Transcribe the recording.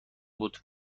بود